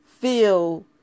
feel